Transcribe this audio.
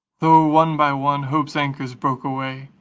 tho' one by one hope's anchors broke away,